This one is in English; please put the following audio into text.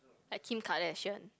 like Kim-Kardashian